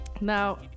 now